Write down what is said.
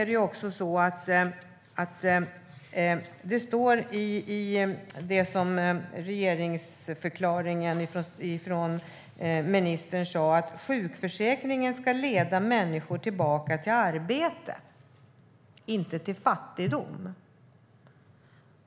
Det står i regeringsförklaringen, och ministern sa, att sjukförsäkringen ska leda människor tillbaka till arbete, inte till fattigdom.